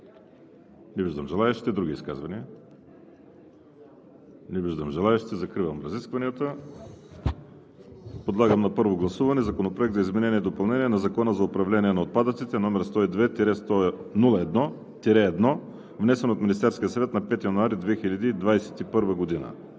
Не виждам желаещи. Други изказвания? Не виждам желаещи. Закривам разискванията. Подлагам на първо гласуване Законопроект за изменение и допълнение на Закона за управление на отпадъците, № 102-01-1, внесен от Министерския съвет на 5 януари 2021 г.